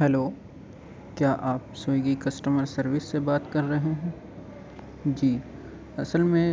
hello کیا آپ Swiggy customer service سے بات کر رہے ہیں جی اصل میں